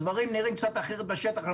הדברים נראים קצת אחרת בשטח.